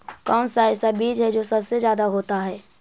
कौन सा ऐसा बीज है जो सबसे ज्यादा होता है?